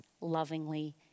lovingly